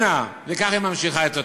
אנא, וככה היא ממשיכה את התפילה.